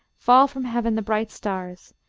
fall from heaven the bright stars,